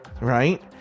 right